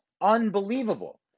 unbelievable